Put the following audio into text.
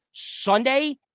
Sunday